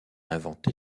inventé